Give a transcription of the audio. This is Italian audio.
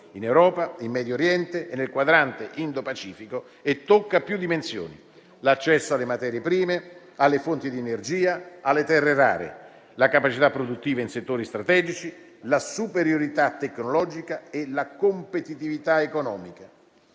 in Europa, in Medio Oriente e nel quadrante indopacifico - e tocca più dimensioni: l'accesso alle materie prime, alle fonti di energia, alle terre rare; la capacità produttiva in settori strategici, la superiorità tecnologica; e la competitività economica.